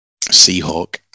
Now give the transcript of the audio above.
Seahawk